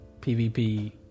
PvP